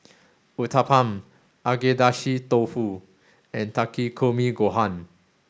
Uthapam Agedashi Dofu and Takikomi Gohan